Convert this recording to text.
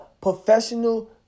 professional